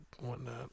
whatnot